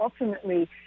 ultimately